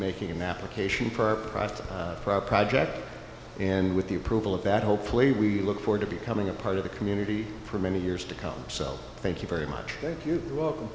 making an application for a price for our project and with the approval of that hopefully we look forward to becoming a part of the community for many years to come so thank you very much you are welcome